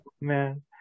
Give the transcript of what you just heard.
man